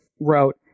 wrote